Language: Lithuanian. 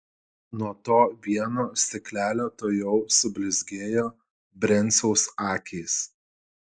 nuo to vieno stiklelio tuojau sublizgėjo brenciaus akys